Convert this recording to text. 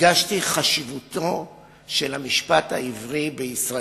הדגשתי חשיבותו של המשפט העברי בישראל.